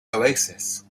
oasis